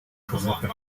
człowieka